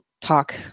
talk